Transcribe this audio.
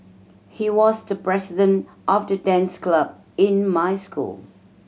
he was the president of the dance club in my school